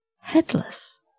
Headless